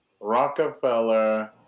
Rockefeller